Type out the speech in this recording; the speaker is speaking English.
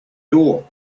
door